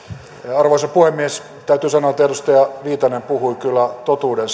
arvoisa puhemies täytyy sanoa että edustaja viitanen puhui kyllä totuuden